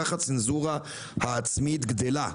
כך הצנזורה העצמית גדלה.